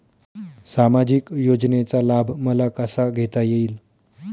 सामाजिक योजनेचा लाभ मला कसा घेता येईल?